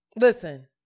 listen